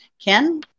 Ken